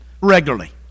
regularly